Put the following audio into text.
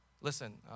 listen